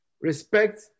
respect